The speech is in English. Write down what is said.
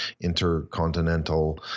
intercontinental